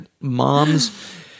moms—